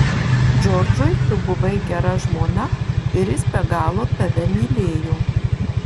džordžui tu buvai gera žmona ir jis be galo tave mylėjo